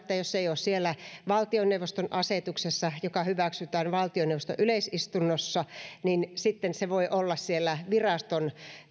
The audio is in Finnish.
jos se ei ole siellä valtioneuvoston asetuksessa joka hyväksytään valtioneuvoston yleisistunnossa sitten se voi olla siellä viraston